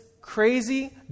crazy